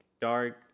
dark